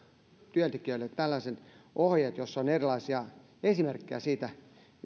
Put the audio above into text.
työntekijöille tällaiset ohjeet joissa on erilaisia esimerkkejä siitä